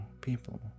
people